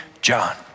John